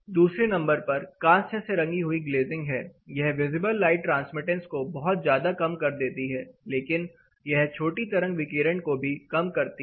दूसरे नंबर पर कांस्य से रंगी हुई ग्लेजिंग है यह विजिबल लाइट ट्रांसमिटेंस को बहुत ज्यादा कम कर देती है लेकिन यह छोटी तरंग विकिरण को भी कम करती है